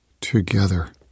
together